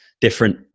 different